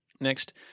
Next